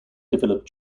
develop